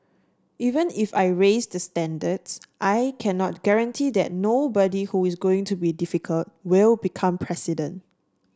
even if I raise the standards I cannot guarantee that nobody who is going to be difficult will become president